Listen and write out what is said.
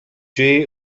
جوئی